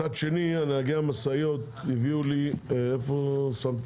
מצד שני, נהגי המשאיות הביאו לי סיכום עם